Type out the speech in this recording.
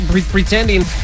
pretending